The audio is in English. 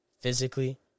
physically